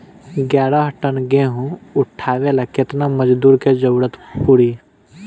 ग्यारह टन गेहूं उठावेला केतना मजदूर के जरुरत पूरी?